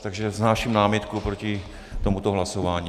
Takže vznáším námitku proti tomuto hlasování.